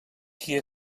qui